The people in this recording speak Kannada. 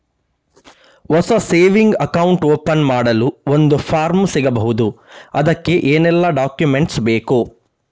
ಹೊಸ ಸೇವಿಂಗ್ ಅಕೌಂಟ್ ಓಪನ್ ಮಾಡಲು ಒಂದು ಫಾರ್ಮ್ ಸಿಗಬಹುದು? ಅದಕ್ಕೆ ಏನೆಲ್ಲಾ ಡಾಕ್ಯುಮೆಂಟ್ಸ್ ಬೇಕು?